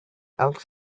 elks